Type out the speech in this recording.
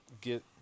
get